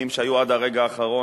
מתחיל.